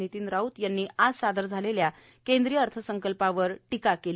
नितीन राऊत यांनी आज सादर झालेल्या केंद्रीय अर्थसंकल्पावर टीका केली